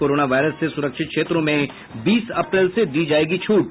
corona virus से सुरक्षित क्षेत्रों में बीस अप्रैल से दी जायेगी छूट